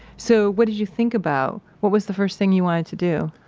so what did you think about? what was the first thing you wanted to do?